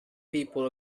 people